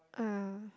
ah